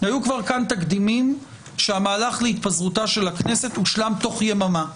היו כאן כבר תקדימים שהמהלך להתפזרותה של הכנסת הושלם בתוך יממה,